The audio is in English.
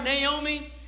Naomi